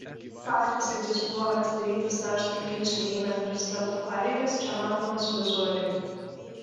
faktas kad jis buvo atidarytas dar stulginskiui einant prezidento pareigas čia matomas vizualiai